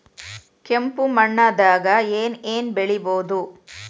ಕೆಂಪು ಮಣ್ಣದಾಗ ಏನ್ ಏನ್ ಬೆಳಿಬೊದು?